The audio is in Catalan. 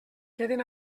queden